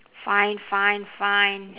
fine fine fine